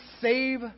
save